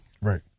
Right